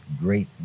great